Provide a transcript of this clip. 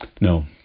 No